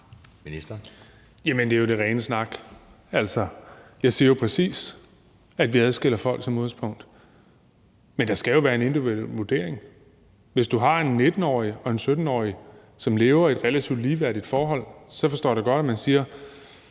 Bek): Jamen det er jo det rene snak. Altså, jeg siger præcis, at vi adskiller folk som udgangspunkt, men der skal jo være en individuel vurdering. Hvis du har en 19-årig og en 17-årig, som lever i et relativt ligeværdigt forhold, så forstår jeg da godt, at man siger: